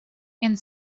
and